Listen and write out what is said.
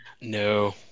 No